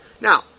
Now